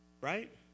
Right